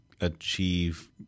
achieve